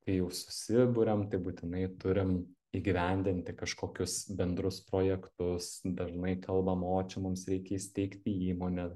kai jau susiburiam tai būtinai turim įgyvendinti kažkokius bendrus projektus dažnai kalbam o čia mums reikia įsteigti įmonę